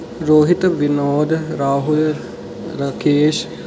Rohit Vinod Rahul Rakesh